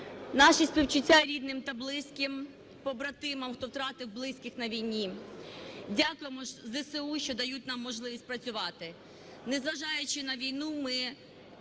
Наші співчуття рідним та близьким, побратимам, хто втратив близьких на війні. Дякуємо ЗСУ, що дають нам можливість працювати. Незважаючи на війну, ми,